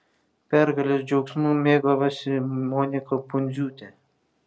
pergalės džiaugsmu mėgavosi monika pundziūtė